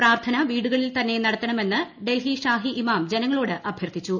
പ്രാർത്ഥന വീടുകളിൽ തന്നെ നടത്തണമെന്ന് ഡൽഹി ഷാഹി ഇമാം ജനങ്ങളോട് അഭ്യർത്ഥിച്ചു